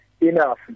enough